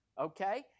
Okay